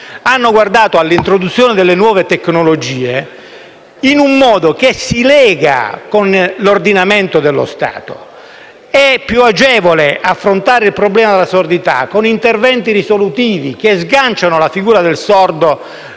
hanno guardato all'introduzione delle nuove tecnologie in un modo che si lega con l'ordinamento dello Stato. È più agevole affrontare il problema della sordità con interventi risolutivi che sganciano la figura del sordo